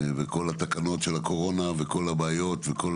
וכל התקנות של הקורונה וכל הבעיות וכל